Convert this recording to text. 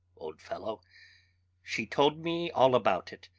old fellow she told me all about it,